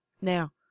Now